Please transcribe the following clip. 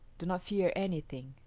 do not fear anything.